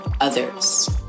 others